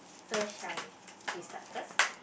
so shall we you start first